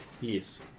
Yes